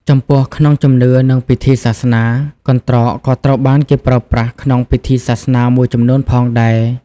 ចំពោះក្នុងជំនឿ និងពិធីសាសនា កន្ត្រកក៏ត្រូវបានគេប្រើប្រាស់ក្នុងពិធីសាសនាមួយចំនួនផងដែរ។